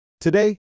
Today